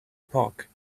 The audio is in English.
park